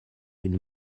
une